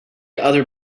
other